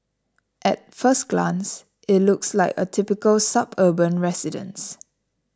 at first glance it looks like a typical suburban residence